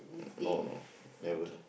no no never